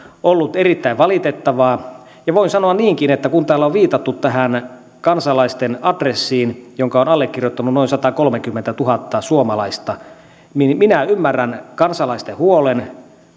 ollut erittäin valitettavaa ja voin sanoa niinkin että kun täällä on viitattu tähän kansalaisten adressiin jonka on allekirjoittanut noin satakolmekymmentätuhatta suomalaista niin minä ymmärrän kansalaisten huolen